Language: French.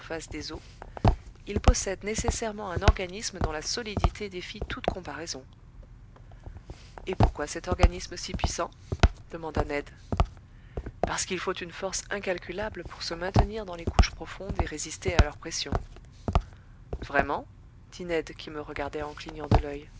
des eaux il possède nécessairement un organisme dont la solidité défie toute comparaison et pourquoi cet organisme si puissant demanda ned parce qu'il faut une force incalculable pour se maintenir dans les couches profondes et résister à leur pression vraiment dit ned qui me regardait en clignant de l'oeil